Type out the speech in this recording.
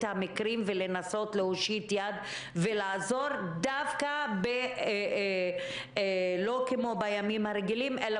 המקרים ולנסות להושיט יד ולעזור דווקא לא כמו בימים הרגילים אלא